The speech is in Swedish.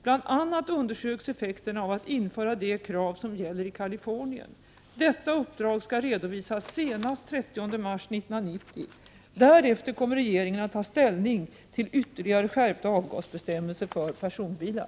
Bl.a. undersöks effekterna av att införa samma krav som de som gäller i Kalifornien. Detta uppdrag skall redovisas senast den 30 mars 1990. Därefter kommer regeringen att ta ställning till ytterligare skärpta avgasbestämmelser för personbilar.